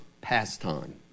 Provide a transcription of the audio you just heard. Pastime